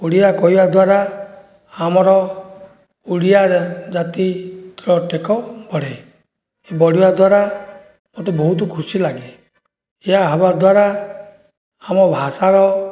ଓଡ଼ିଆ କହିବା ଦ୍ୱାରା ଆମର ଓଡ଼ିଆ ଜାତିର ଟେକ ବଢ଼େ ବଢ଼ିବା ଦ୍ୱାରା ମୋତେ ବହୁତ ଖୁସି ଲାଗେ ଏହା ହେବା ଦ୍ୱାରା ଆମ ଭାଷାର